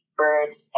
birds